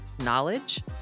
knowledge